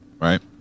right